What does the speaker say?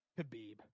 Khabib